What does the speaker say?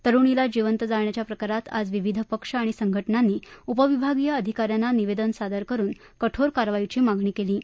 तरुणीला जिवंत जाळण्याच्या प्रकरणात आज विविध पक्ष आणि संघटनांनी उपविभागीय अधिकाऱ्यांना निवेदन सादर करून कठोर कारवाईची मागणी केली आहे